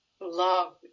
love